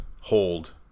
hold